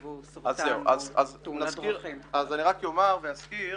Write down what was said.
אני רק אומר ואזכיר